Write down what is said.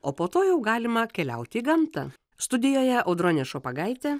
o po to jau galima keliaut į gamtą studijoje audronė šopagaitė